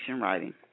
writing